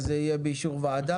אז יהיה באישור ועדה.